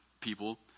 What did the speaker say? people